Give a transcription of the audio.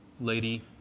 Lady